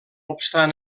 obstant